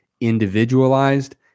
individualized